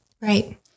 Right